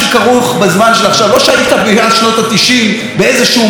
לא שהיית מאז שנות ה-90 באיזשהו מגע עם הציבור הישראלי,